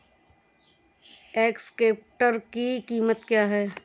Excavator की कीमत क्या है?